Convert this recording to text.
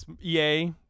EA